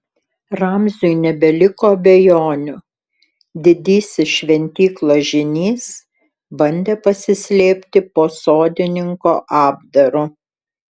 ramziui nebeliko abejonių didysis šventyklos žynys bandė pasislėpti po sodininko apdaru